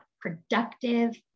productive